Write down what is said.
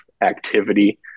activity